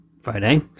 Friday